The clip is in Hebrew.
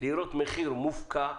לראות מחיר מופקע,